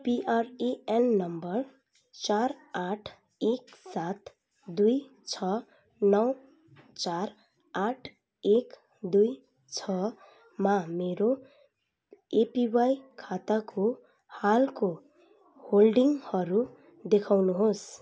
PRAN number चार आठ एक सात दुई छ नौ चार आठ एक दुई छ मा मेरो एपिवाई खाताको हालको होल्डिङहरू देखाउनुहोस्